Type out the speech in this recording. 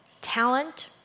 talent